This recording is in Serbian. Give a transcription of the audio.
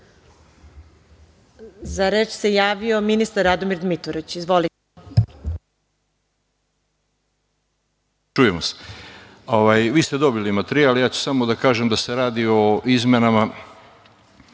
reč se javio ministar Radomir Dmitrović. Izvolite.